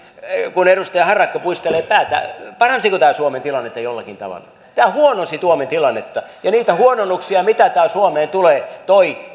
edustaja harakka puistelee päätään paransiko tämä suomen tilannetta jollakin tavalla tämä huononsi suomen tilannetta ja niitä huononnuksia mitä tämä suomeen toi